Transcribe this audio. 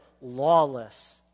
lawless